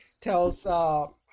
tells